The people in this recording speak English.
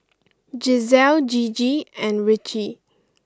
Giselle Gigi and Ritchie